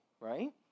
right